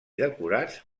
decorats